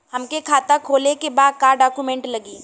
हमके खाता खोले के बा का डॉक्यूमेंट लगी?